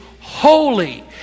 holy